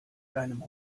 deinem